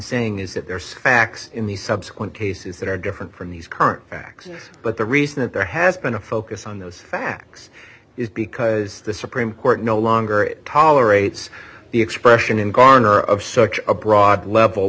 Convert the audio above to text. saying is that there's facts in the subsequent cases that are different from these current facts but the reason that there has been a focus on those facts is because the supreme court no longer tolerate the expression in garner of such a broad level